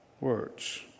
words